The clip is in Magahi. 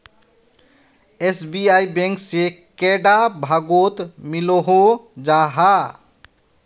एस.बी.आई बैंक से कैडा भागोत मिलोहो जाहा?